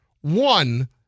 one